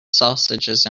sausages